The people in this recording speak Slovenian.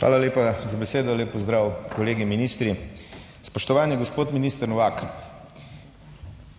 Hvala lepa za besedo. Lep pozdrav kolegom ministrom! Spoštovani gospod minister Novak!